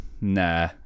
Nah